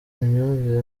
imyumvire